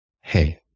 Hey